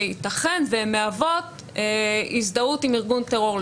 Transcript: שיתכן והם מהוות הזדהות עם ארגון טרור.